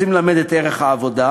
רוצים ללמד את ערך העבודה,